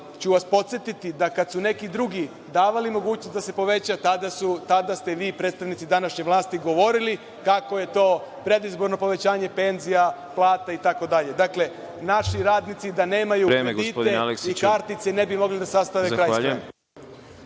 ću vas podsetiti da kad su neki drugi davali mogućnost da se poveća, tada ste vi, predstavnici današnje vlasti, govorili kako je to predizborno povećanje penzija, plata itd. Dakle, naši radnici da nemaju kredite i kartice ne bi mogli da sastave kraj sa